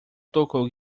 tocou